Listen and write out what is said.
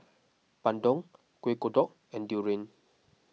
Bandung Kuih Kodok and Durian